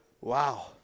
Wow